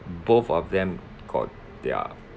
both of them got their